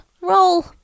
Roll